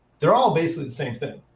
they're all basically the same thing.